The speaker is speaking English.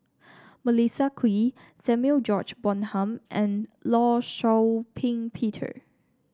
Melissa Kwee Samuel George Bonham and Law Shau Ping Peter